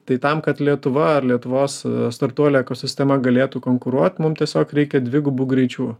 tai tam kad lietuva ar lietuvos startuolių ekosistema galėtų konkuruot mum tiesiog reikia dvigubu greičiu